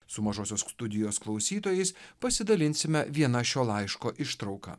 su mažosios studijos klausytojais pasidalinsime viena šio laiško ištrauka